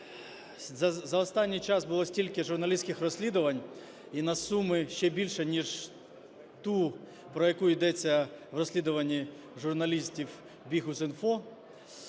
за останній час було стільки журналістських розслідувань, і на суми ще більші, ніж ту, про яку йдеться в розслідуванні журналістівBihus.Info,